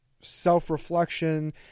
self-reflection